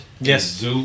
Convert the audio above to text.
Yes